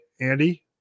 Andy